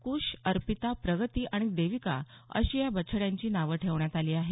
कुश अर्पिता प्रगती आणि देविका अशी या बछड्यांची नावं ठेवण्यात आली आहेत